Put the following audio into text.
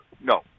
no